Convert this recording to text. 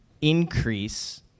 increase